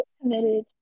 committed